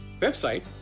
website